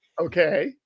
okay